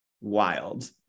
wild